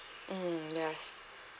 mm yes